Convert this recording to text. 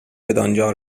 بدانجا